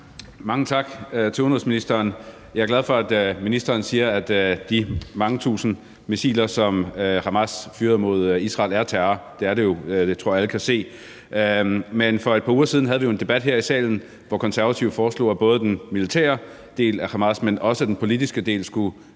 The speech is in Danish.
Mange tak til udenrigsministeren. Jeg er glad for, at ministeren siger, at affyringen af de mange tusind missiler, som Hamas har affyret mod Israel, er terror. Det er det jo. Det tror jeg alle kan se. Men for et par uger siden havde vi jo en debat her i salen, hvor Konservative foreslog, at både den militære del af Hamas, men også den politiske del skulle betegnes